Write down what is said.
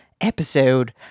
episode